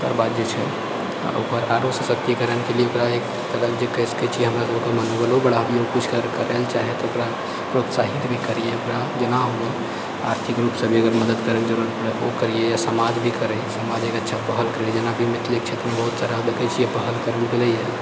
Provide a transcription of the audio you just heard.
ओकरबाद जे छै ओकर आओर सशक्तिकरणके लिए ओकरा एक एक तरहसँ जे कहि सकै छी हमरासब ओकर मनोबलो बढ़ाबिऔ किछु करैलए चाहै तऽ ओकरा हम प्रोत्साहित भी करिए ओकरा जेना होअए आर्थिक रूपसँ भी अगर मदद करैके जरूरत पड़ै तऽ ओ करिए सामाज भी करै समाज एक अच्छा पहल करै जेनाकि मिथिलेके क्षेत्रमे बहुत सारा देखै छिए पहल करल गेलैए